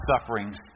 sufferings